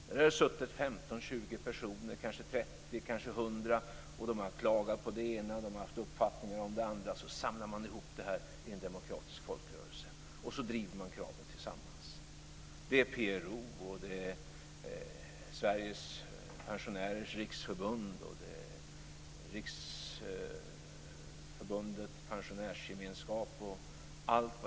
Där har det suttit 15, 20 personer - kanske 30, kanske 100 - och de har klagat på det ena, och de har haft uppfattningar om det andra. Så samlar man ihop detta i en demokratisk folkrörelse, och så driver man kraven tillsammans. Det är t.ex. PRO, Sveriges Pensionärers Riksförbund och Riksförbundet Pensionärsgemenskap.